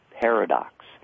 paradox